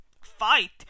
fight